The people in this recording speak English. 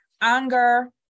anger